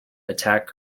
attack